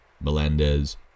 Melendez